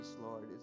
Lord